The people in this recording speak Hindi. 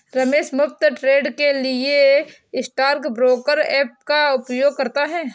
रमेश मुफ्त ट्रेड के लिए स्टॉक ब्रोकर ऐप का उपयोग करता है